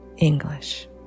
English